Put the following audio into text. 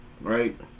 right